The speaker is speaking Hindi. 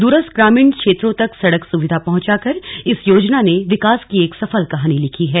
दूरस्थ ग्रामीण क्षेत्रों तक सड़क सुविधा पहंचाकर इस योजना ने विकास की एक सफल कहानी लिखी है